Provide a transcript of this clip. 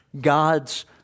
God's